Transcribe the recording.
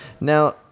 Now